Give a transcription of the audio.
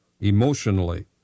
emotionally